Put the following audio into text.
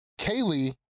Kaylee